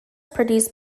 produced